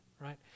right